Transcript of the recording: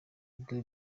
bwe